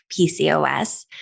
PCOS